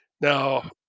Now